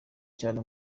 cyane